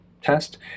test